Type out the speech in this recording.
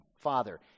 father